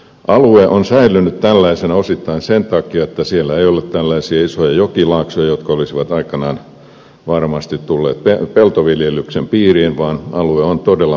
alue on säilynyt tällaisena osittain sen takia että siellä ei ole tällaisia isoja jokilaaksoja jotka olisivat aikanaan varmasti tulleet peltoviljelyksen piiriin vaan alue on todella monimuotoista ja kallioista